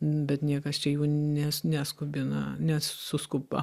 bet niekas čia jų nes neskubina nesuskuba